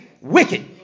wicked